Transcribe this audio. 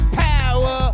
power